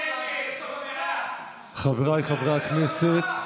חבריי חברי הכנסת,